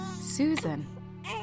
Susan